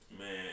Man